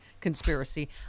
conspiracy